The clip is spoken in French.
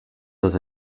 dans